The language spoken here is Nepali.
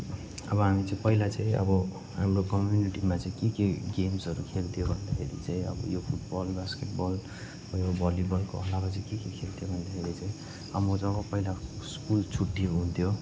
अब हामी चाहिँ पहिला चाहिँ अब हाम्रो कम्युनिटीमा चाहिँ के के गेम्सहरू खेल्थ्यो भन्दाखेरि चाहिँ अब यो फुटबल बास्केटबल भयो भलिबलको अलावा चाहिँ के के खेल्थ्यो भन्दाखेरि चाहिँ अब म जब पहिला स्कुल छुट्टी हुन्थ्यो